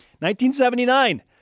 1979